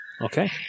Okay